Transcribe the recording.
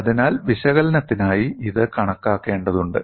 അതിനാൽ വിശകലനത്തിനായി ഇത് കണക്കാക്കേണ്ടതുണ്ട്